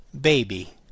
baby